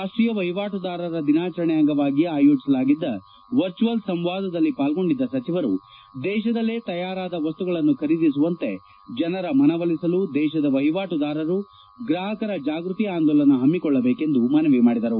ರಾಷ್ಟೀಯ ವಹಿವಾಟುದಾರರ ದಿನಾಚರಣೆಯ ಅಂಗವಾಗಿ ಆಯೋಜಿಸಲಾಗಿದ್ದ ವರ್ಚುವಲ್ ಸಂವಾದದಲ್ಲಿ ಪಾಲ್ಗೊಂಡಿದ್ದ ಸಚವರು ದೇಶದಲ್ಲೇ ತಯಾರಾದ ವಸ್ತುಗಳನ್ನು ಖರೀದಿಸುವಂತೆ ಜನರ ಮನವೊಲಿಸಲು ದೇಶದ ವಹಿವಾಟುದಾರರು ಗ್ರಾಪಕರ ಜಾಗೃತಿ ಆಂದೋಲನ ಪಮ್ನಿಕೊಳ್ಳಬೇಕೆಂದು ಮನವಿ ಮಾಡಿದರು